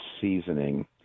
seasoning